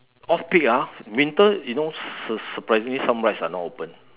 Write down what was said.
off peak ah winter you know sur~ surprisingly some rides are not open